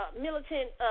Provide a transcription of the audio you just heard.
militant